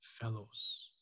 fellows